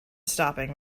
stopping